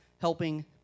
helping